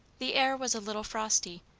the air was a little frosty,